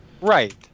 Right